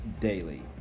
daily